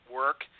work